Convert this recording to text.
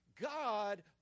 God